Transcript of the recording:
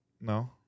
No